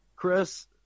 Chris